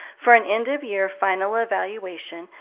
for an end-of-year final evaluation,